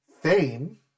Fame